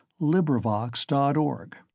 LibriVox.org